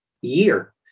year